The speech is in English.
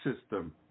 system